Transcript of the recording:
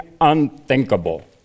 unthinkable